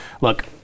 Look